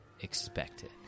expected